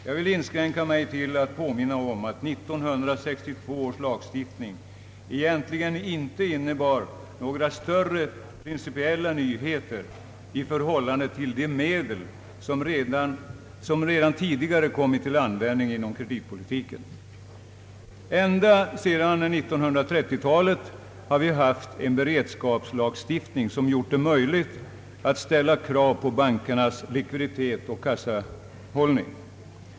Jag vill inskränka mig till att påminna om att 1962 års lagstiftning egentligen inte innebar några större principiella nyheter i förhållande till de medel som redan tidigare hade kommit till användning inom kreditpolitiken. Ända sedan 1930-talet har vi haft en beredskapslagstiftning, som har gjort det möjligt att ställa krav på bankernas likviditet och kassabehållning.